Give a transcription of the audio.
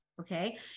Okay